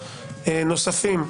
נוספים.